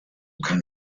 kann